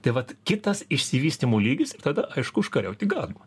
tai vat kitas išsivystymo lygis tada aišku užkariauti galima